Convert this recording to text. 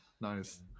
nice